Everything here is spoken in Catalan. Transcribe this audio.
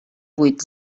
vuit